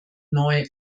neu